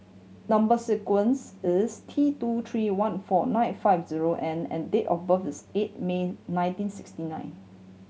number sequence is T two three one four nine five zero N and date of birth is eight May nineteen sixty nine